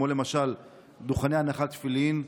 למשל דוכני הנחת תפילין.